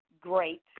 great